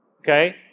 okay